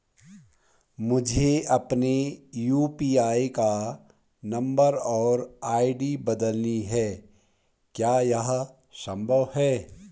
मुझे अपने यु.पी.आई का नम्बर और आई.डी बदलनी है क्या यह संभव है?